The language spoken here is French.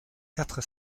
quatre